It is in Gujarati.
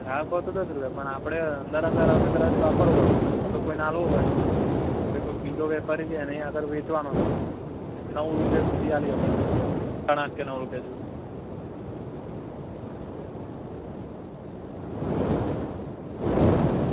ગ્રાહક ભાવ તો દસ રૂપિયા પણ આપણે અંદર અંદર આપણે કદાચ વાપરવો હોય કાં તો કોઈને આપવો હોય જે કોઈ બીજો વેપારી છે એની આગળ વેંચવાનો છે નવ રૂપિયા સુધી આપી શકાય એને સાળા આઠ કે નવ રૂપિયા જેવું